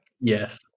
Yes